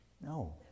No